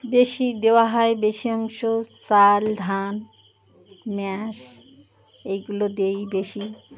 বেশি দেওয়া হয় বেশি অংশ চাল ধান মেয়াস এইগুলো দই বেশি